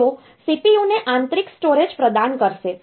તેઓ CPU ને આંતરિક સ્ટોરેજ પ્રદાન કરશે